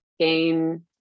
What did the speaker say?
gain